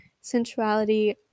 sensuality